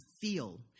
feel